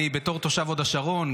בתור תושב הוד השרון,